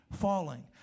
falling